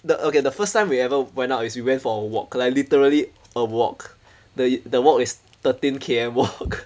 the okay the first time we ever went out is we went for a walk like literally a walk the the walk is thirteen K_M walk